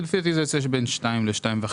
לפי דעתי זה יוצא בין 2% ל-2.5%.